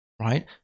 right